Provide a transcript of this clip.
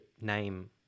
name